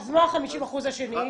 מה ה-50% השני?